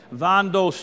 vando